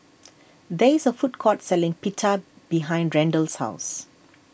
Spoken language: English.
there is a food court selling Pita behind Randal's house